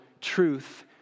truth